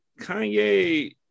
Kanye